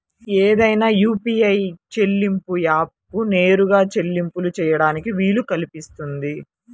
ఏదైనా యూ.పీ.ఐ చెల్లింపు యాప్కు నేరుగా చెల్లింపులు చేయడానికి వీలు కల్పిస్తుంది